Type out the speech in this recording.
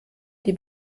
die